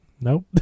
nope